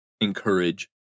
encourage